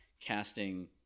casting